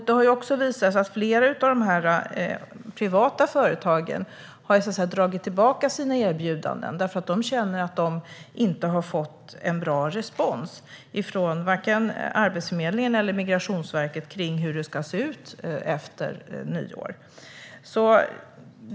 Det har visat sig att flera privata företag har dragit tillbaka sina erbjudanden för att de känner att de inte har fått en bra respons från vare sig Arbetsförmedlingen eller Migrationsverket när det gäller hur det ska se ut efter nyår.